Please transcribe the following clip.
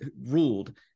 ruled